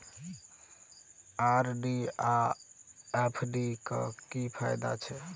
RD आ FD क की फायदा छै?